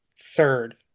third